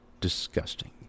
disgusting